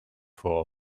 for